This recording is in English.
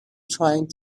trying